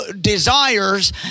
desires